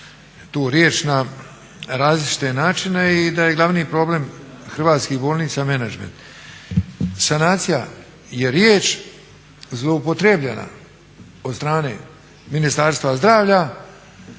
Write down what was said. riječ na različite načine i da je glavni problem hrvatskih bolnica menadžment. sanacija je riječ zloupotrebljena od Ministarstva zdravlja